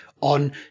on